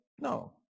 No